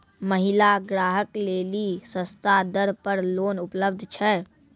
महिला ग्राहक लेली सस्ता दर पर लोन उपलब्ध छै?